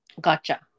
Gotcha